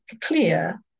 clear